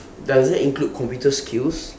does that include computer skills